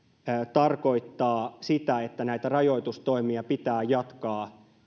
tarkoittaa sitä että näitä rajoitustoimia pitää jatkaa